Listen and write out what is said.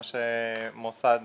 מה שמוסד